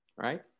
Right